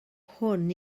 hwn